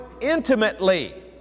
intimately